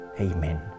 Amen